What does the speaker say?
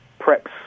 preps